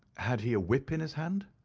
had he a whip in his hand?